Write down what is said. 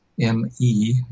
M-E